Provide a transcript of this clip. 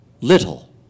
little